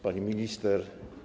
Pani Minister!